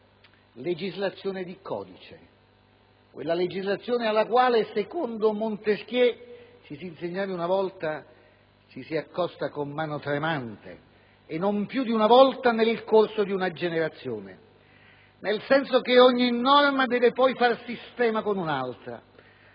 legislazione di codice, quella legislazione alla quale, secondo Montesquieu - come si insegnava una volta -, ci si accosta con mano tremante e non più di una volta nel corso di una generazione, nel senso che ogni norma deve poi far sistema con un'altra,